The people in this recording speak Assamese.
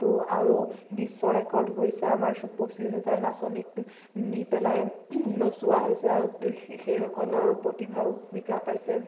ত আৰু বিশ্ব ৰেকৰ্ড হৈছে আমাৰ পঁচিছ হেজাৰ নাচনীক নি পেলাই নচোওৱা হৈছে আৰু সেইসকলৰ প্ৰতিভাও বিকাশ পাইছে